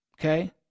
okay